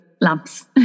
lamps